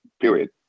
period